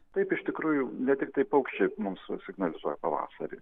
taip iš tikrųjų ne tiktai paukščiai mūsų signalizuoja pavasarį